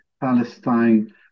Palestine